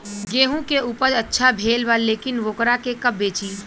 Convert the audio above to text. गेहूं के उपज अच्छा भेल बा लेकिन वोकरा के कब बेची?